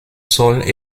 saules